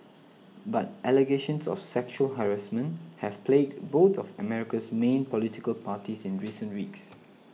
but allegations of sexual harassment have plagued both of America's main political parties in recent weeks